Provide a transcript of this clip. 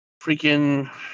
freaking